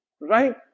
Right